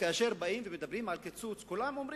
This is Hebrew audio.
כאשר באים ומדברים על קיצוץ, כולם אומרים: